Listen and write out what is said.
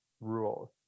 rules